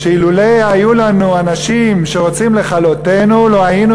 שאילולא היו לנו אנשים שרוצים לכלותנו לא היינו